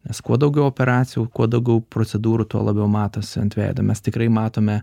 nes kuo daugiau operacijų kuo daugiau procedūrų tuo labiau matosi ant veido mes tikrai matome